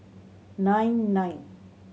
nine nine